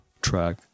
track